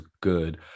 good